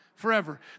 forever